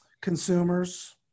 consumers